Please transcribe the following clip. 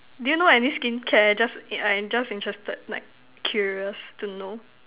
do you know any skincare just eh I am just interested like curious to know